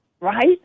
right